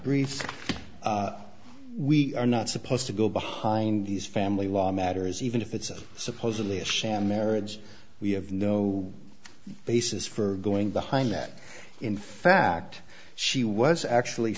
brief we are not supposed to go behind these family law matters even if it's supposedly a sham marriage we have no basis for going behind that in fact she was actually